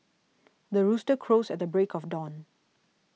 the rooster crows at the break of dawn